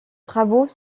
travaux